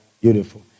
Beautiful